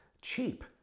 cheap